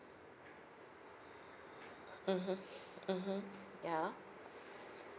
mmhmm mmhmm yeah